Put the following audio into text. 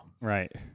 Right